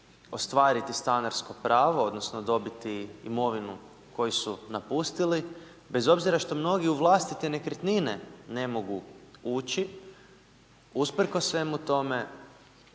ostvariti stanarsko pravo, odnosno dobiti imovinu koju su napustili, bez obzira što mnogi u vlastite nekretnine ne mogu uči, usprkos svemu tome,